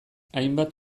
hainbat